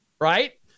right